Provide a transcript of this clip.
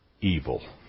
evil